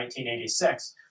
1986